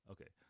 Okay